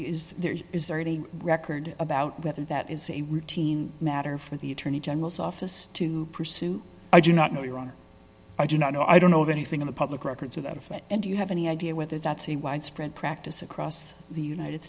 is there is there any record about whether that is a routine matter for the attorney general's office to pursue i do not know your honor i do not know i don't know of anything in the public records of that effect and do you have any idea whether that's a widespread practice across the united